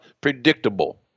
predictable